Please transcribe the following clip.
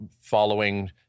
following